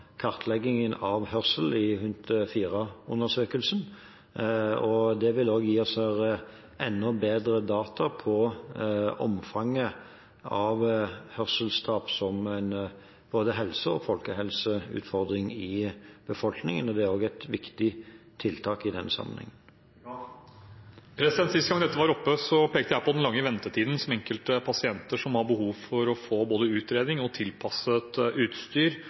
gi oss enda bedre data om omfanget av hørselstap som både en helse- og en folkehelseutfordring i befolkningen, og det er også et viktig tiltak i denne sammenhengen. Sist gang dette var oppe, pekte jeg på den lange ventetiden for enkelte pasienter som har behov for å få både utredning og tilpasset utstyr